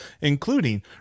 including